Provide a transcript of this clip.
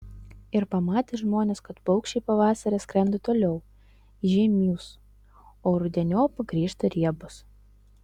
ir pamatė žmonės kad paukščiai pavasarį skrenda toliau į žiemius o rudeniop grįžta riebūs